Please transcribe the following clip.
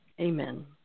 Amen